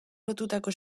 lotutako